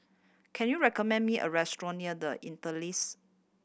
can you recommend me a restaurant near The Interlace